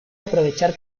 aprovechar